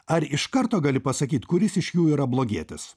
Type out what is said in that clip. ar iš karto gali pasakyt kuris iš jų yra blogietis